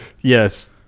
Yes